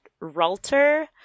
Ralter